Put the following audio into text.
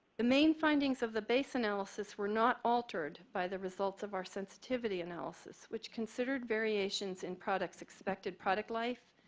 the main findings of the base analysis were not altered by the results of our sensitivity analysis which considered variations in product's expected product life,